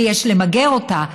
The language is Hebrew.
ויש למגר אותה,